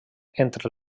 entre